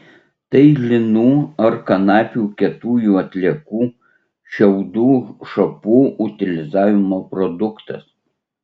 tai linų ar kanapių kietųjų atliekų šiaudų šapų utilizavimo produktas